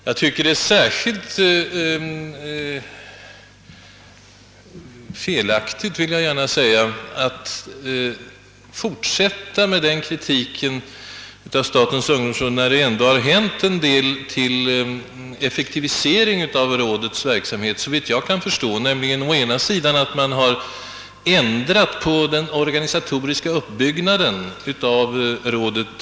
Jag anser det oriktigt att fortsätta med kritiken mot statens ungdomsråd när det ändå har vidtagits en del åtgärder till effektivisering av dess verksamhet. För det första har man ändrat på den organisatoriska uppbyggnaden av rådet.